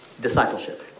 discipleship